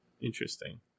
Interesting